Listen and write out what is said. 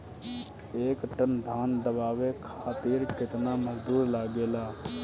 एक टन धान दवावे खातीर केतना मजदुर लागेला?